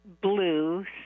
blue